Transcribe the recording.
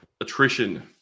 attrition